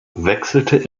wechselte